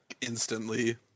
instantly